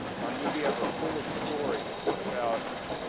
our media are full of stories about